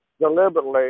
deliberately